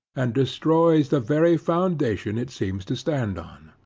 and destroys the very foundation it seems to stand on.